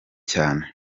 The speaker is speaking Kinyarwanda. cyane